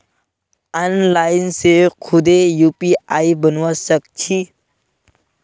online से खुदे UPI बनवा सक छी